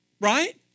Right